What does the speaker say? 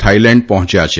Thailand પર્હોચ્યા છે